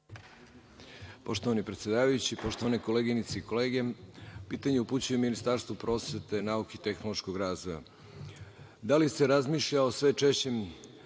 Poštovani predsedavajući, poštovane koleginice i kolege, pitanje upućujem Ministarstvu prosvete, nauke i tehnološkog razvoja. Da li se razmišlja o sve češćim